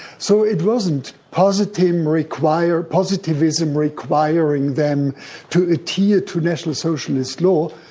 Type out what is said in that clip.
so it wasn't positivism requiring positivism requiring them to adhere to national socialist law,